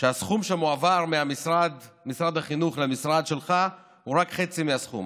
שהסכום שמועבר ממשרד החינוך למשרד שלך הוא רק חצי מהסכום,